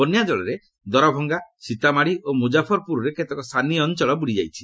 ବନ୍ୟା ଜଳରେ ଦରଭଙ୍ଗା ସୀତାମାଢ଼ି ଓ ମୁକ୍ତାଫରପୁରର କେତେକ ସାନି ଅଞ୍ଚଳ ବୁଡ଼ିଯାଇଛି